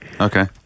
Okay